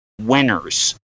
winners